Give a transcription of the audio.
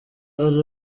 ari